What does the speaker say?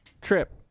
Trip